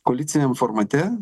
koaliciniam formate